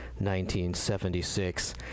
1976